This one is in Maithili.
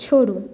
छोड़ू